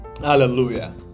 Hallelujah